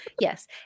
yes